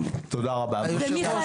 הבית" נכס של מדינת ישראל.